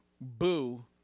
Boo